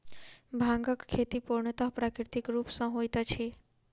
भांगक खेती पूर्णतः प्राकृतिक रूप सॅ होइत अछि